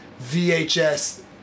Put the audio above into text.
VHS